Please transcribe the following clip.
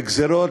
מגזירות,